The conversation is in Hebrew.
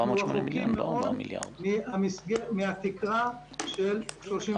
אנחנו רחוקים מאוד מהתקרה של 35 מיליארד.